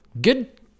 good